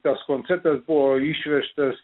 tas koncertas buvo išvežtas